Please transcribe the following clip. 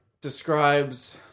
describes